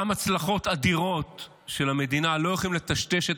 גם הצלחות אדירות של המדינה לא הולכות לטשטש את